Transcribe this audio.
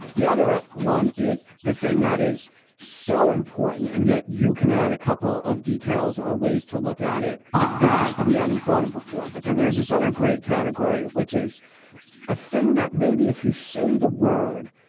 the other ah one is the thing that is so important. and yet you can add a couple of details or ways to look at it that we hadn't thought of before. but then there's this other great category, which is a thing that maybe if you say the word,